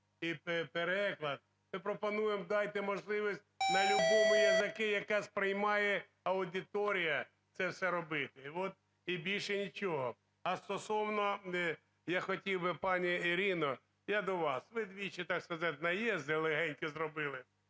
ми пропонуємо, дайте можливість налюбом языке, який сприймає аудиторія, це все робити. І більше нічого. Астосовно… Я хотів би, пані Ірино, я до вас, ви двічі, так сказать, наездылегенькі зробили,